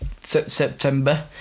September